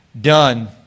done